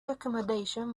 accommodation